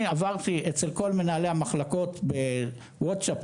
אני עברתי אצל כל מנהלי המחלקות- בוואטסאפ,